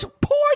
poor